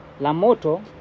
Lamoto